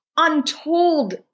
untold